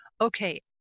Okay